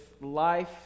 life